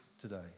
today